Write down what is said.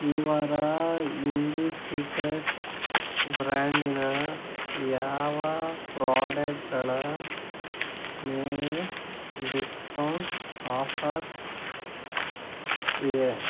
ಈ ವಾರ indie secrets ಬ್ರ್ಯಾಂಡಿನ ಯಾವ ಪ್ರಾಡಕ್ಟ್ಗಳ ಮೇಲೆ ಡಿಸ್ಕೌಂಟ್ ಆಫರ್ಸ್ ಇದೆ